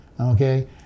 okay